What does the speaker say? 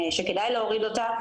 שכדאי להוריד אותה,